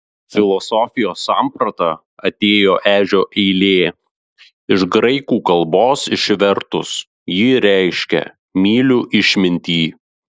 filosofijos samprata atėjo ežio eilė iš graikų kalbos išvertus ji reiškia myliu išmintį